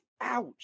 Ouch